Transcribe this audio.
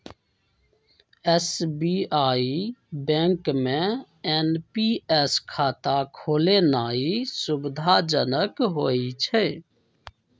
SBI bank में NPS खता खोलेनाइ सुविधाजनक होइ छइ